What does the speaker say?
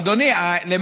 שם אין בעיה.